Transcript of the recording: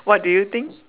what do you think